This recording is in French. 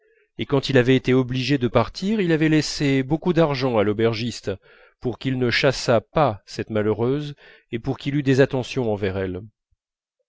et quand il avait été obligé de partir il avait laissé beaucoup d'argent à l'aubergiste pour qu'il ne chassât pas cette malheureuse et pour qu'il eût des attentions envers elle